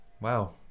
Wow